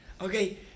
Okay